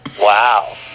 Wow